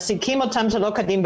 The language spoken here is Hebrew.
מעסיקים אותם שלא כדין,